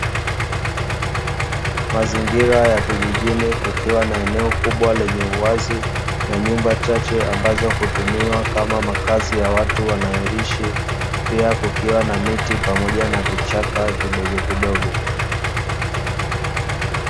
Mazingira ya vijijini kukiwa na eneo kubwa lenye uwazi na nyumba chache ambazo hutumiwa kama makazi ya watu wanayoishi, pia kukiwa na miti pamoja na vichaka vidogovidogo.